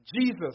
Jesus